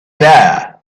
there